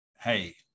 Hey